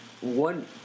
one